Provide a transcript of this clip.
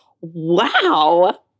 wow